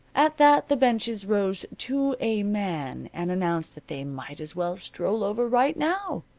at that the benches rose to a man and announced that they might as well stroll over right now.